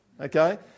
Okay